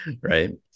Right